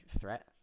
threat